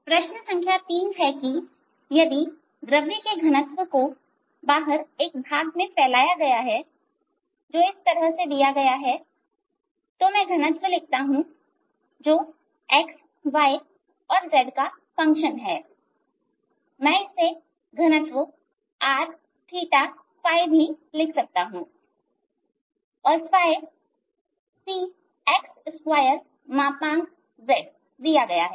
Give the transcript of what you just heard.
प्रश्न संख्या 3 है कि यदि द्रव्य के घनत्व को अंतरिक्ष के एक भाग में फैलाया गया है जो इस तरह दिया गया है तो मैं घनत्व लिखता हूं जो कि xy और z का फंक्शन है मैं इसे घनत्व Rभी लिख सकता हूं और Cx2zदिया गया है